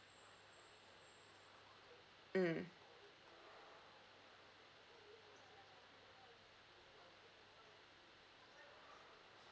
mm